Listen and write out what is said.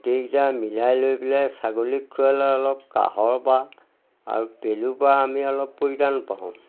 সেইবিলাক মিলাই লৈ পেলাই ছাগলীক খুৱালে অলপ কাঁহৰ বা আৰু পেলু বা আমি অলপ পৰিত্ৰাণ পাওঁ